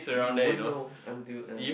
you won't know until yeah